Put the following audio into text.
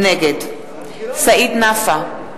נגד סעיד נפאע,